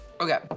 Okay